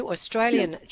Australian